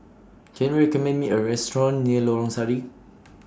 Can YOU recommend Me A Restaurant near Lorong Sari